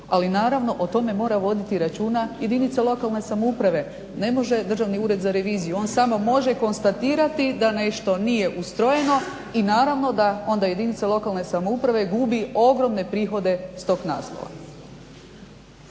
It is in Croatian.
ali naravno o tome mora voditi računa jedinica lokalne samouprave, ne može Državni ured za reviziju. On samo može konstatirati da nešto nije ustrojeno i naravno da onda jedinica lokalne samouprave gubi ogromne prihode s tog naslova.